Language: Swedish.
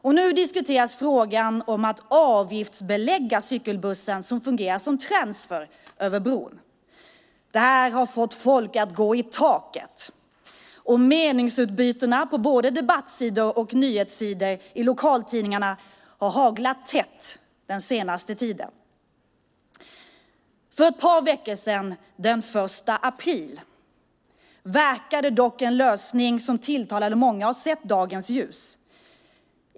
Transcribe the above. Och nu diskuteras frågan om att avgiftsbelägga cykelbussen som fungerar som transfer över bron. Det här har fått folk att gå i taket, och meningsutbytena på både debattsidor och nyhetssidor i lokaltidningarna har haglat tätt den senaste tiden. För ett par veckor sedan, den 1 april, verkade dock en lösning som tilltalade många ha sett dagens ljus.